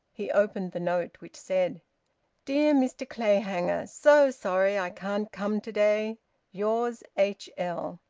he opened the note, which said dear mr clayhanger, so sorry i can't come to-day yours, h l.